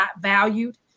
valued